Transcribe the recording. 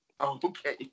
Okay